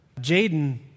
Jaden